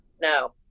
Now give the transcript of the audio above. no